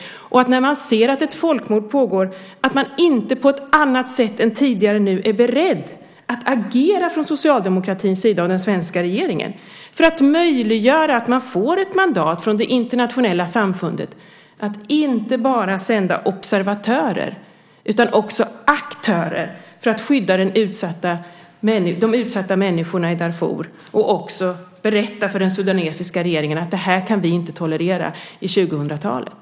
Är ni inte, när vi ser att ett folkmord pågår, beredda att på ett annat sätt än tidigare agera från socialdemokratins och den svenska regeringens sida för att möjliggöra ett mandat från det internationella samfundet för att inte bara sända observatörer utan också aktörer för att skydda de utsatta människorna i Darfur och berätta för den sudanesiska regeringen att det här kan vi inte tolerera på 2000-talet?